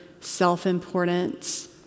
self-importance